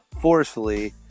forcefully